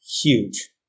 huge